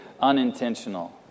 unintentional